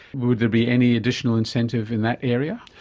would there be any additional incentive in that area?